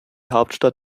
hauptstadt